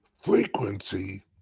Frequency